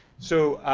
so,